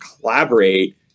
collaborate